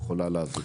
יכולה להביא.